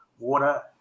water